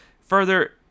Further